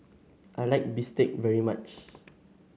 I like Bistake very much